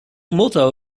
motto